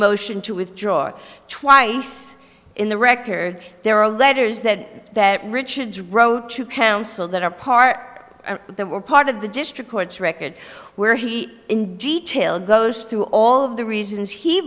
motion to withdraw twice in the record there are letters that that richard wrote to counsel that are part of the were part of the district court record where he in detail goes through all of the reasons he